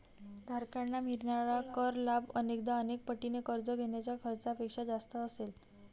धारकांना मिळणारा कर लाभ अनेकदा अनेक पटीने कर्ज घेण्याच्या खर्चापेक्षा जास्त असेल